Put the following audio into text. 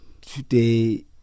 today